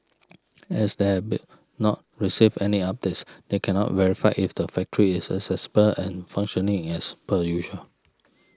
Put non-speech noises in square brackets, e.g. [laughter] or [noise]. [noise] as they be not received any updates they cannot verify if the factory is accessible and functioning as per usual